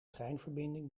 treinverbinding